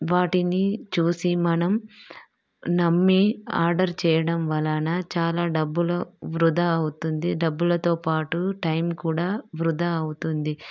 వాటిని చూసి మనం నమ్మి ఆర్డర్ చేయడం వలన చాలా డబ్బులు వృధా అవుతుంది డబ్బులతో పాటు టైం కూడా వృధా అవుతుంది